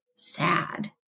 sad